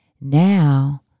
Now